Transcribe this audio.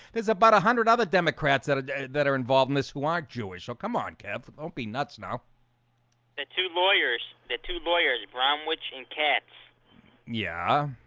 there's about a hundred other democrats that that are involved in this who aren't jewish. oh, come on kev oh peanuts now two lawyers the two lawyers from witching cats yeah